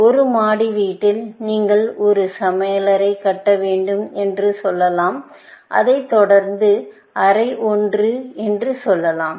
ஒரு மாடி வீட்டில் நீங்கள் ஒரு சமையலறை கட்ட வேண்டும் என்று சொல்லலாம் அதைத் தொடர்ந்து அறை ஒன்று என்று சொல்லலாம்